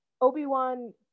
Obi-Wan